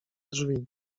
drzwi